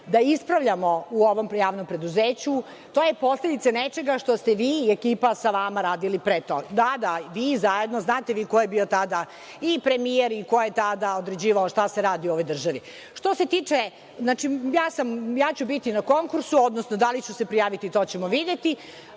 da ispravljamo u ovom javnom preduzeću. To je posledica nečega što ste vi i ekipa sa vama radili pre. Da, da, vi zajedno. Znate vi ko je bio tada i premijer i ko je tada određivao šta se radi u ovoj državi. Znači, ja ću biti na konkursu, odnosno da li ću se prijaviti, to ćemo videti,